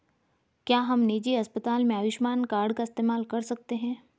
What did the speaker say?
क्या हम निजी अस्पताल में आयुष्मान कार्ड का इस्तेमाल कर सकते हैं?